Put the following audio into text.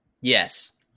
Yes